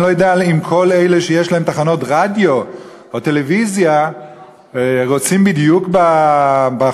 אני לא יודע אם אלה שיש להם תחנות רדיו או טלוויזיה רוצים בדיוק קולנוע.